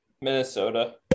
Minnesota